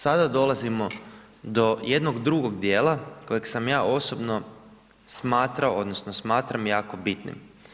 Sada dolazimo do jednog drugog dijela kojeg sam ja osobno smatrao, odnosno smatram jako bitnim.